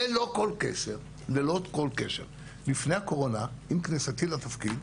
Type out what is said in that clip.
ללא כל קשר, לפני הקורונה עם כניסתי לתפקיד,